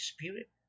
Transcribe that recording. Spirit